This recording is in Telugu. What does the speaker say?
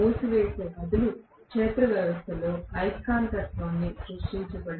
మూసివేసే బదులు క్షేత్ర వ్యవస్థలో అయస్కాంతత్వాన్ని సృష్టించండి